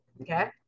Okay